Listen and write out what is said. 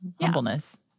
humbleness